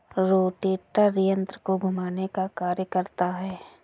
rotator यन्त्र को घुमाने का कार्य करता है